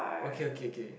okay okay K